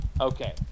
Okay